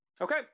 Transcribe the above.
Okay